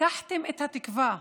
לקחתם את התקווה.